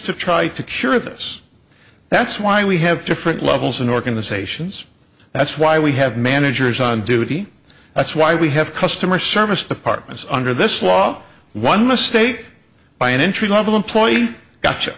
to try to cure this that's why we have different levels in organizations that's why we have managers on duty that's why we have customer service departments under this law one mistake by an entry level employee gotcha